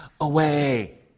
away